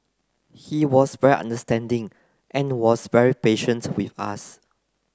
he was very understanding and was very patient with us